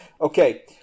Okay